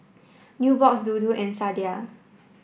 Nubox Dodo and Sadia